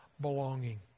belonging